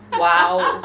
!wow!